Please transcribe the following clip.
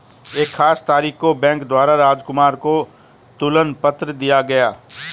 एक खास तारीख को बैंक द्वारा राजकुमार को तुलन पत्र दिया गया